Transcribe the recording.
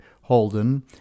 Holden